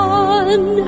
one